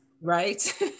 Right